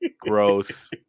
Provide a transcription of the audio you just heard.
Gross